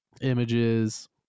images